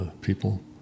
people